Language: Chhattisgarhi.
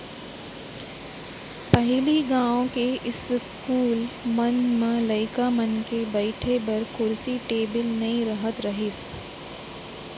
पहिली गॉंव के इस्कूल मन म लइका मन के बइठे बर कुरसी टेबिल नइ रहत रहिस